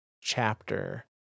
chapter